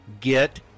get